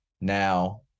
Now